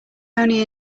only